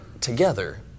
together